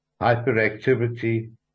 hyperactivity